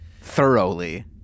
Thoroughly